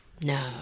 no